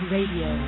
Radio